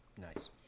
Nice